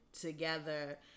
together